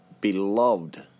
beloved